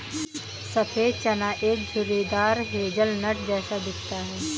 सफेद चना एक झुर्रीदार हेज़लनट जैसा दिखता है